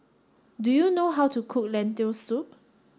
do you know how to cook Lentil Soup